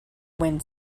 wind